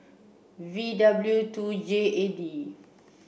V W two J A D